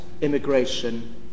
immigration